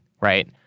Right